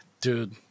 Dude